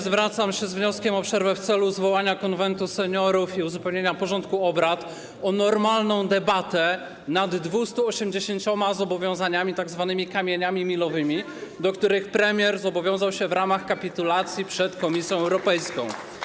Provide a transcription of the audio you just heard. Zwracam się z wnioskiem o przerwę w celu zwołania Konwentu Seniorów i uzupełnienia porządku obrad o normalną debatę nad 280 zobowiązaniami, tzw. kamieniami milowymi, do których premier zobowiązał się w ramach kapitulacji przed Komisją Europejską.